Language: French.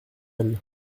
elle